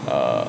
err